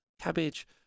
cabbage